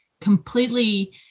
completely